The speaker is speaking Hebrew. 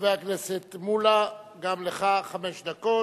חבר הכנסת מולה, גם לך חמש דקות,